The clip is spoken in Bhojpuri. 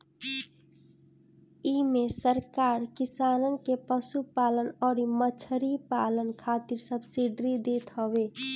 इमे सरकार किसानन के पशुपालन अउरी मछरी पालन खातिर सब्सिडी देत हवे